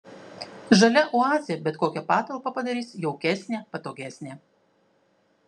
žalia oazė bet kokią patalpą padarys jaukesnę patogesnę